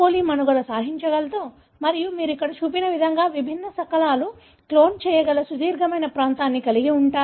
coli మనుగడ సాగించగలదు మరియు మీరు ఇక్కడ చూపిన విధంగా విభిన్న శకలాలు క్లోన్ చేయగల సుదీర్ఘమైన ప్రాంతాన్ని కలిగి ఉంటారు